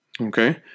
Okay